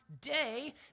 day